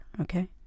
okay